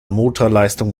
motorleistung